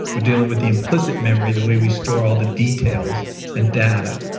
we're dealing with the implicit memory, the way we store all the details and data,